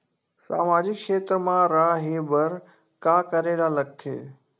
सामाजिक क्षेत्र मा रा हे बार का करे ला लग थे